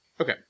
Okay